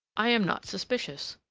i am not suspicious.